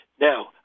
Now